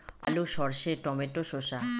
আলু সর্ষে টমেটো শসা